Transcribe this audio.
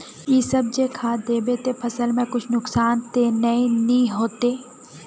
इ सब जे खाद दबे ते फसल में कुछ नुकसान ते नय ने होते